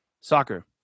Soccer